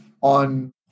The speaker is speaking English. on